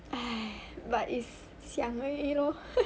!hais! but it's 想而已 lor